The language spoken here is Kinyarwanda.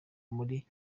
muri